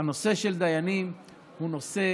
הנושא של דיינים הוא נושא